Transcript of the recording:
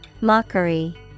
Mockery